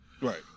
right